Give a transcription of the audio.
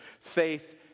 faith